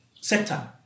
sector